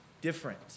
different